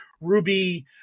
Ruby